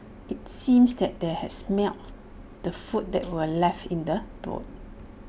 IT seemed that they had smelt the food that were left in the boot